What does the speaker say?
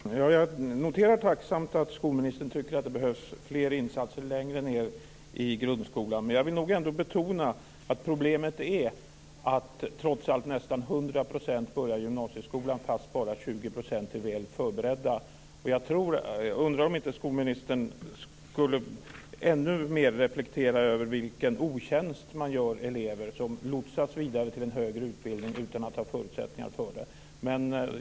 Herr talman! Jag noterar tacksamt att skolministern tycker att det behövs fler insatser tidigare i grundskolan, men jag vill nog ändå betona att problemet trots allt är att nästan 100 % börjar i gymnasieskolan fast bara 80 % är väl förberedda. Jag undrar om inte skolministern ännu mer skulle reflektera över vilken otjänst man gör elever som lotsas vidare till en högre utbildning utan att ha förutsättningar för det.